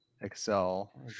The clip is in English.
Excel